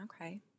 Okay